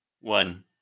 One